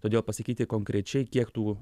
todėl pasakyti konkrečiai kiek tų